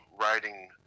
writing